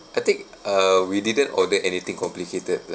I think uh we didn't order anything complicated